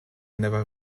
never